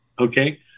okay